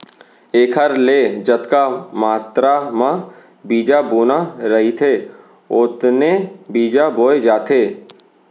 एखर ले जतका मातरा म बीजा बोना रहिथे ओतने बीजा बोए जाथे